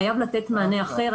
חייב לתת מענה אחר.